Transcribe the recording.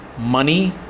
money